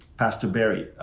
pastor barry.